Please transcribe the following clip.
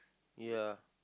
ya